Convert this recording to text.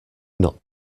not